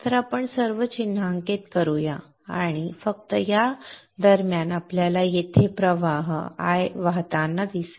तर आपण सर्व चिन्हांकित करू या आणि फक्त त्या दरम्यान आपल्याला येथे प्रवाह I वाहताना दिसेल